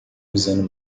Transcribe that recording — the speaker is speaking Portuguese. usando